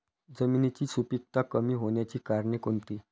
जमिनीची सुपिकता कमी होण्याची कारणे कोणती?